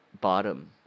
bottom